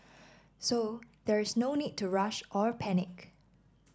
so there is no need to rush or panic